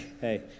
Hey